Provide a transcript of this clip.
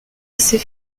assez